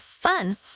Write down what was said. fun